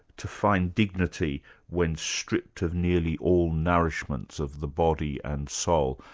to find dignity when stripped of nearly all nourishments of the body and soul.